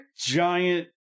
giant